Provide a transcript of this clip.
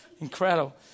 Incredible